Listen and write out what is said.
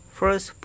first